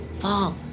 Fall